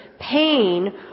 pain